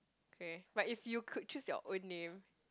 okay but if you could choose your own name